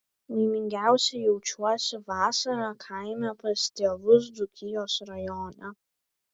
laimingiausia jaučiuosi vasarą kaime pas tėvus dzūkijos rajone